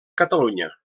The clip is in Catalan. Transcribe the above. catalunya